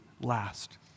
last